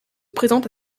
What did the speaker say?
présente